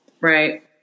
Right